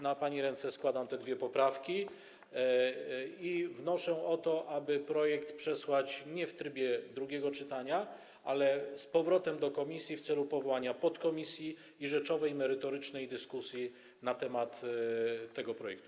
Na pani ręce składam te dwie poprawki i wnoszę o to, aby projekt przesłać nie w trybie drugiego czytania, ale z powrotem do komisji w celu powołania podkomisji i podjęcia rzeczowej, merytorycznej dyskusji na temat tego projektu.